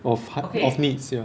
of ha~ of needs ya